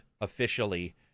officially